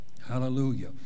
Hallelujah